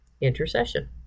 intercession